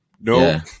no